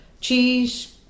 cheese